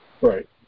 Right